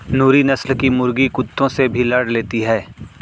नूरी नस्ल की मुर्गी कुत्तों से भी लड़ लेती है